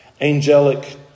angelic